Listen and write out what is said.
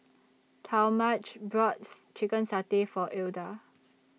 Talmadge bought Chicken Satay For Ilda